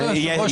לא, לא.